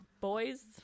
boys